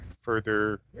further